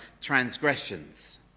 transgressions